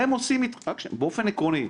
באופן עקרוני.